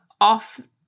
off